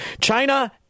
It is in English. China